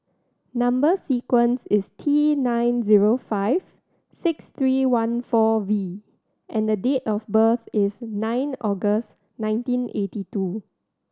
number sequence is T nine zero five six three one four V and date of birth is nine August nineteen eighty two